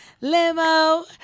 limo